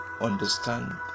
understand